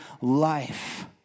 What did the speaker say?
life